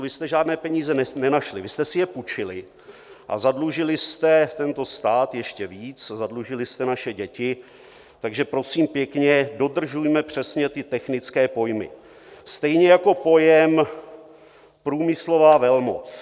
Vy jste žádné peníze nenašli, vy jste si je půjčili a zadlužili jste tento stát ještě víc, zadlužili jste naše děti, takže prosím pěkně, dodržujme přesně ty technické pojmy, stejně jako pojem průmyslová velmoc.